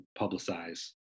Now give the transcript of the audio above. publicize